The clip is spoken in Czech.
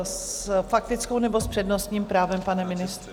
S faktickou nebo s přednostním právem, pane ministře?